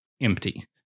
empty